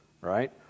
right